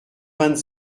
vingt